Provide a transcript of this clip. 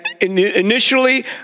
initially